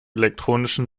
elektronischen